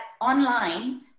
online